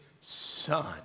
son